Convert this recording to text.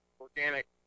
organic